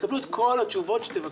תקבלו את כל התשובות שתבקשו.